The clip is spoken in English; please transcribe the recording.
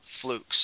flukes